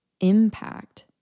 impact